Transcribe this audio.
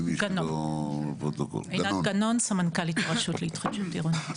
גנון, סמנכ"לית הרשות להתחדשות עירונית.